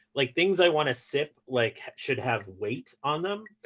like, things i want to sip like should have weight on them,